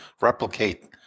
replicate